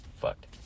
fucked